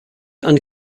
and